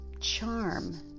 charm